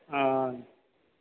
हँ